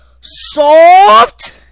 Soft